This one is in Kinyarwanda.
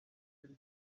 ijwi